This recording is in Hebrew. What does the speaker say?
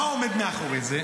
מה עומד מאחורי זה?